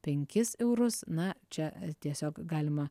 penkis eurus na čia tiesiog galima